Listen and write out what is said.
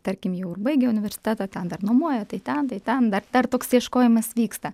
tarkim jau baigę universitetą ten dar nuomuoja tai ten tai ten dar dar toks ieškojimas vyksta